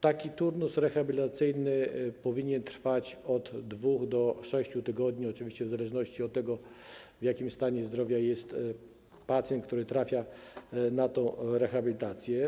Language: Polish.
Taki turnus rehabilitacyjny powinien trwać od 2 do 6 tygodni, oczywiście w zależności od tego, w jakim stanie zdrowia jest pacjent, który trafia na tę rehabilitację.